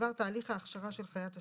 בדבר תהליך ההכשרה של חיית השירות,